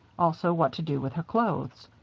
also what to do with her clothes.